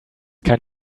kein